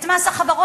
את מס החברות,